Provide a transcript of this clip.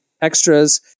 extras